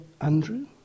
Andrew